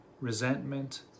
resentment